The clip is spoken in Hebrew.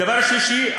דבר שלישי,